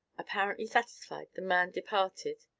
apparently satisfied, the man departed,